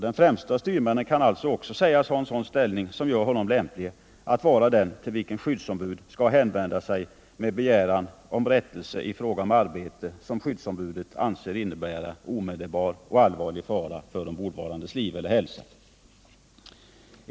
Den främste av styrmännen kan alltså också sägas ha sådan ställning, som gör honom lämplig att vara den till vilken skyddsombud skall hänvända sig med begäran om rättelse i fråga om arbete som skyddsombudet anser innebära omedelbar och allvarlig fara för ombordvarandes liv celler hälsa.